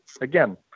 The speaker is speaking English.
again